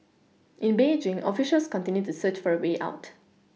in Beijing officials continue to search for way out